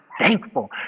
thankful